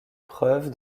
preuve